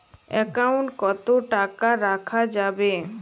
Account কত টাকা রাখা যাবে?